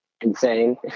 insane